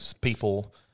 people